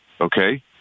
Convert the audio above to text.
okay